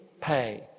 pay